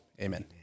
Amen